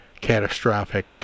catastrophic